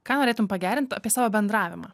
ką norėtum pagerint apie savo bendravimą